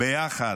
ביחד,